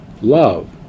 love